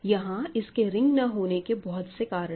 यहां इसके रिंग ना होने के बहुत से कारण है